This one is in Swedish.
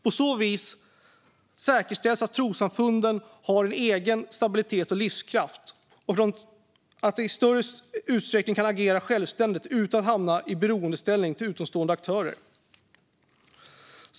På så vis säkerställs att trossamfunden har en egen stabilitet och livskraft och att de i större utsträckning kan agera självständigt utan att hamna i beroendeställning till utomstående aktörer.